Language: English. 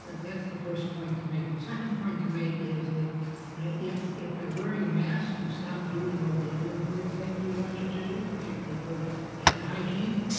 and that's the first point to make. the second point to make is that if if by wearing a mask you stop doing all the other important things we want you to do, particularly good hand hygiene,